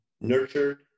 nurtured